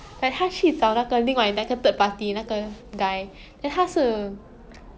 so this it's a historical drama lah so this guy 他的 kingdom